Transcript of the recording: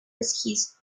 his